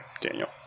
Daniel